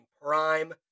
prime